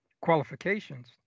qualifications